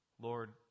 Lord